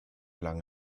lang